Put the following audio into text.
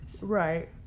right